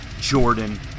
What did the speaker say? Jordan